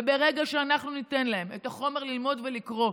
ברגע שאנחנו ניתן להם את החומר ללמוד ולקרוא,